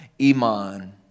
Iman